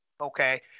okay